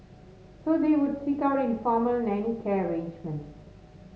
so they would seek out informal nanny care arrangements